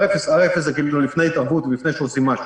ה-R אפס זה לפני התערבות ולפני שעושים משהו.